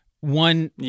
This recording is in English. One